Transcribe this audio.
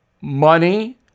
money